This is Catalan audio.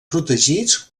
protegits